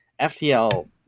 FTL